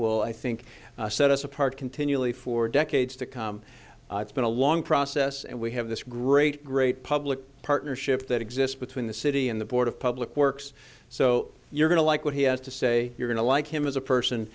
will i think set us apart continually for decades to come it's been a long process and we have this great great public partnership that exists between the city and the board of public works so you're going to like what he has to say you're going to like him as a person